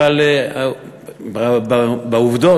אבל בעובדות,